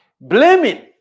Blaming